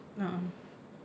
a'ah